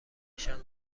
نشان